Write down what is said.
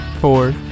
four